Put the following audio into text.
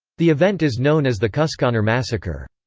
the event is known as the kuskonar massacre.